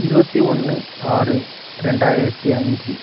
இருபத்தி ஒன்று ஆறு ரெண்டாயிரத்து அஞ்சு